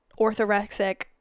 orthorexic